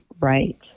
Right